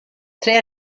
tre